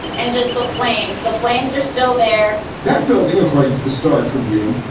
and just the flames. the flames are still there that building, according to the star tribune,